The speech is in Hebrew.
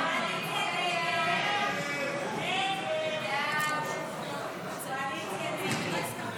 הסתייגות 14 לא נתקבלה.